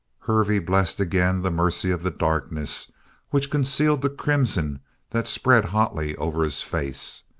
hervey blessed again the mercy of the darkness which concealed the crimson that spread hotly over his face.